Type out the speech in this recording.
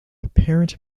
apparent